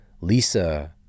Lisa